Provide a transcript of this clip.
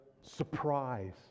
surprise